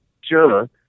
sure